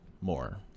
more